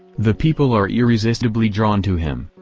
the people are irresistibly drawn to him,